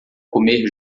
comer